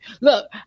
Look